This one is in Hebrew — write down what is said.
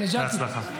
בהצלחה.